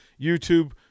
YouTube